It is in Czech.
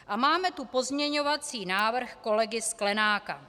A máme tu pozměňovací návrh kolegy Sklenáka.